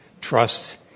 trust